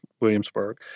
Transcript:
Williamsburg